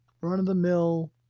run-of-the-mill